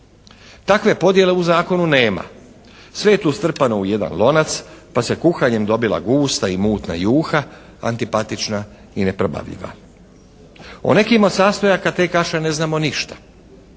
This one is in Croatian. Takve podjele u zakonu nema. Sve je tu strpano u jedan lonac pa se kuhanjem dobila gusta i mutna juha, antipatična i neprobavljiva. O nekim od sastojaka te kaše ne znamo ništa.